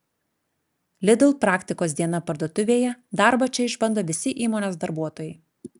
lidl praktikos diena parduotuvėje darbą čia išbando visi įmonės darbuotojai